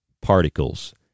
particles